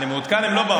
אני מעודכן, הם לא באו.